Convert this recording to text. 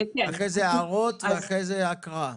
אחרי זה הערות ואחרי זה הקראה.